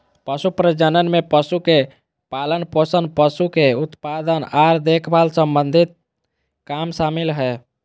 पशु प्रजनन में पशु के पालनपोषण, पशु के उत्पादन आर देखभाल सम्बंधी काम शामिल हय